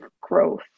growth